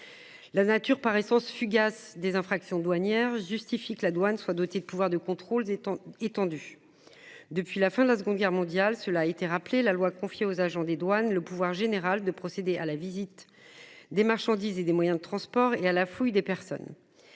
La nature par essence fugace des infractions douanières justifie que la douane soit doté de pouvoirs de contrôle étant étendu. Depuis la fin de la Seconde Guerre mondiale, cela a été rappelé la loi confiées aux agents des douanes le pouvoir général de procéder à la visite. Des marchandises et des moyens de transport et à la fouille des personnes.